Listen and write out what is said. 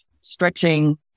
stretching